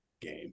Game